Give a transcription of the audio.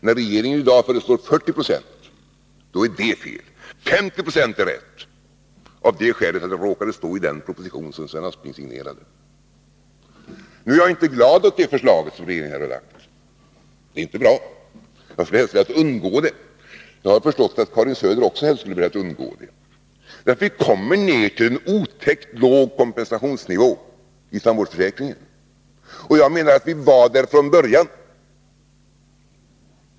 När regeringen i dag föreslår 40 90 är det fel. 50 96 är rätt, av det skälet att det råkade stå i den proposition som Sven Aspling signerat. Jag är emellertid inte glad åt det förslag som regeringen har lagt fram. Det är inte bra. Jag hade helst velat undgå det. Jag har förstått att också Karin Söder helst skulle ha velat undgå det. Vi kommer nämligen ned till en otäckt låg kompensationsnivå i fråga om tandvårdsförsäkringen — jag menar att vi var där från början.